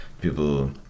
people